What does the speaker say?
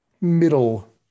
middle